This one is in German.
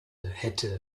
hätte